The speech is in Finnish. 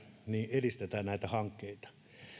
edistetään näitä hankkeita